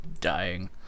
dying